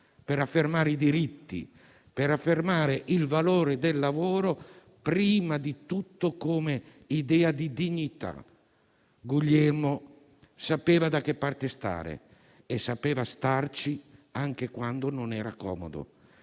per affermare i diritti, per affermare il valore del lavoro prima di tutto come idea di dignità. Guglielmo sapeva da che parte stare e sapeva starci anche quando non era comodo.